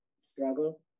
struggle